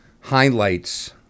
highlights